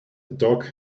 dog